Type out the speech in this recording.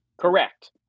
Correct